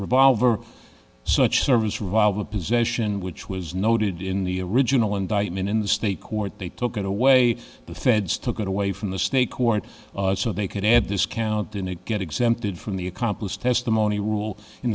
revolver such service revolver position which was noted in the original indictment in the state court they took it away the feds took it away from the state court so they could add this count in it get exempted from the accomplice testimony rule in